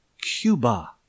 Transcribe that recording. Cuba